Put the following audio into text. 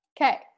Okay